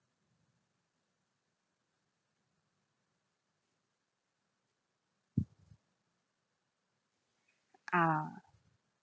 ah